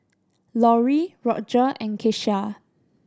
Lorrie Rodger and Keshia